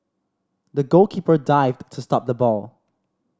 the goalkeeper dived to stop the ball